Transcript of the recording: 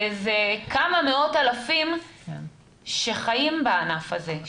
זה כמה מאות אלפים שחיים בענף הזה,